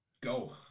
go